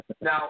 Now